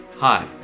Hi